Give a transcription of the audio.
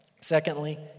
Secondly